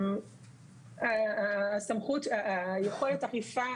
מגי, הבנו.